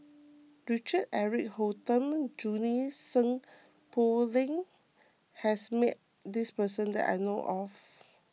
Richard Eric Holttum and Junie Sng Poh Leng has met this person that I know of